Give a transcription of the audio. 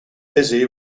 busy